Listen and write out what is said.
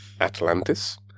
Atlantis